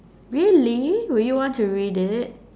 really would you want to read it